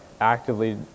actively